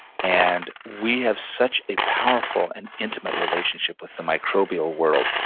and we have such a powerful and intimate relationship with the microbial world.